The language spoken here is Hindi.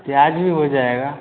प्याज़ भी हो जाएगा